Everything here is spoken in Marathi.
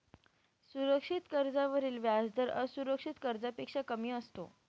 सुरक्षित कर्जावरील व्याजदर असुरक्षित कर्जापेक्षा कमी असतो